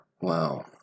Wow